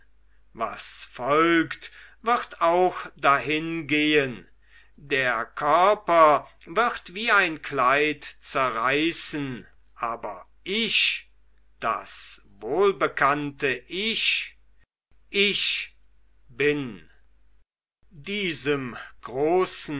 was folgt wird auch dahingehen der körper wird wie ein kleid zerreißen aber ich das wohlbekannte ich ich bin diesem großen